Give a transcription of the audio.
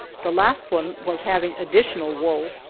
the last one was having additional woe,